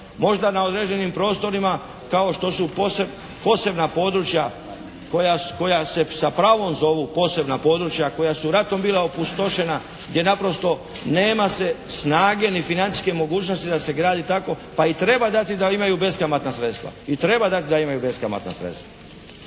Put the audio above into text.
možda na određenim prostorima kao što su posebna područja koja se sa pravom zovu posebna područja koja su ratom bila opustošena gdje naprosto nema se snage ni financijske mogućnosti da se gradi tako pa i treba dati da imaju beskamatna sredstva. I treba dati da imaju beskamatna sredstva.